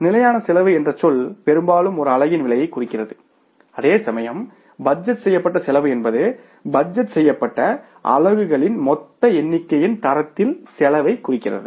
நிலையான செலவு என்ற சொல் பெரும்பாலும் ஒரு அலகின் விலையைக் குறிக்கிறது அதே சமயம் பட்ஜெட் செய்யப்பட்ட செலவு என்பது பட்ஜெட் செய்யப்பட்ட அலகுகளின் மொத்த எண்ணிக்கையின் தரத்தில் செலவைக் குறிக்கிறது